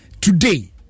today